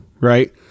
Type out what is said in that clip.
right